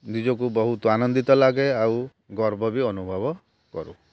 ନିଜକୁ ବହୁତ ଆନନ୍ଦିତ ଲାଗେ ଆଉ ଗର୍ବ ବି ଅନୁଭବ କରୁ